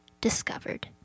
discovered